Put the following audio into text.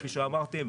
כפי שאמרתי,